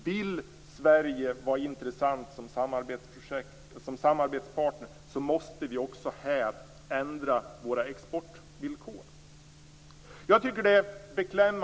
Vill Sverige vara intressant som samarbetspartner måste vi också här ändra våra exportvillkor.